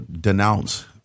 denounce